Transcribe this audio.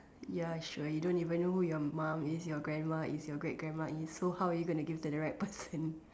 ya sure you don't even know who your mum is your grandma is your great grandma is so how are you gonna give to the right person